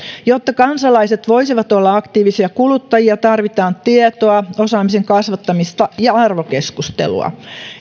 jotta kansalaiset voisivat olla aktiivisia kuluttajia tarvitaan tietoa osaamisen kasvattamista ja arvokeskustelua